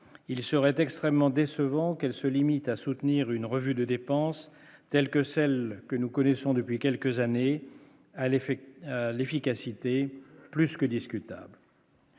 il serait extrêmement décevant qu'elle se limite à soutenir une revue de dépenses telles que celle que nous connaissons depuis quelques années à l'effet l'efficacité plus que discutable.